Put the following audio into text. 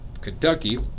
Kentucky